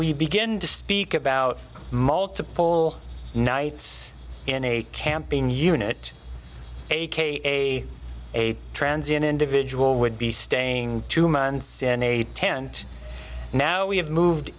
we begin to speak about multiple nights in a camping unit a k a a trans in individual would be staying two months in a tent now we have moved